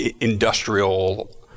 industrial